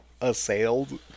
assailed